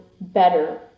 better